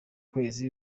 kwezi